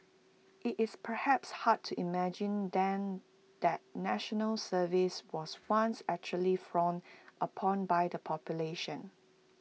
IT is perhaps hard to imagine then that National Service was once actually frowned upon by the population